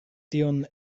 tion